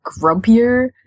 grumpier